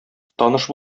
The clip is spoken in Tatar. таныш